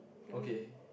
okay